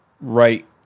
right